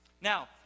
Now